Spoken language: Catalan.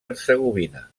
hercegovina